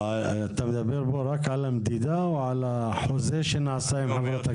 אתה מדבר פה רק על המדידה או על החוזה שנעשה עם חברות הגבייה?